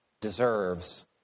deserves